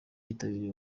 yitabiriye